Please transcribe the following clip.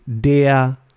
der